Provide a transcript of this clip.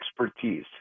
expertise